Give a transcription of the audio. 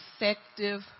effective